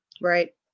Right